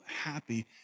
happy